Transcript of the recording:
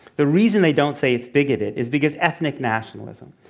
the reason they don't say it's bigoted is because ethnic nationalism,